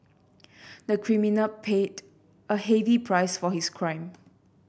the criminal paid a heavy price for his crime